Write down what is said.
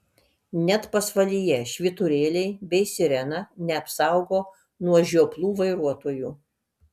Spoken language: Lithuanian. net pasvalyje švyturėliai bei sirena neapsaugo nuo žioplų vairuotojų